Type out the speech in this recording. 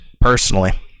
personally